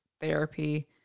therapy